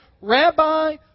rabbi